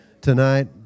tonight